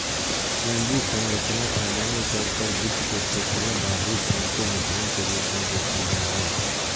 पूंजी संरचना सामान्य तौर पर वित्त के क्षेत्र मे बाहरी फंड के मिश्रण के रूप मे देखल जा हय